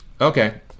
Okay